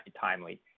timely